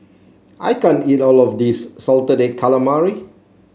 I can't eat all of this Salted Egg Calamari